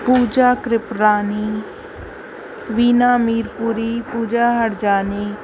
Pooja Kriprani Beena Mirpuri Pooja Harjani